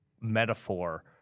metaphor